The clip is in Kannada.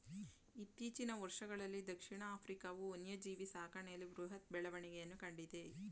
ಇತ್ತೀಚಿನ ವರ್ಷಗಳಲ್ಲೀ ದಕ್ಷಿಣ ಆಫ್ರಿಕಾವು ವನ್ಯಜೀವಿ ಸಾಕಣೆಯಲ್ಲಿ ಬೃಹತ್ ಬೆಳವಣಿಗೆಯನ್ನು ಕಂಡಿದೆ